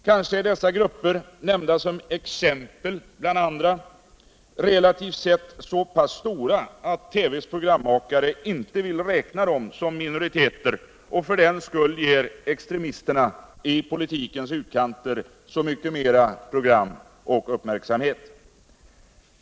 Kanske är dessa grupper - nämnda som exempel bland många andra — relativt sett så pass stora att TV:s programmakare inte vill räkna dem som minoritet och för den skull ger extremisterna i politikens utkanter så mycket mera program och uppmärksamhet.